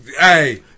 Hey